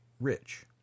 rich